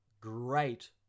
Great